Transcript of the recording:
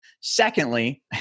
Secondly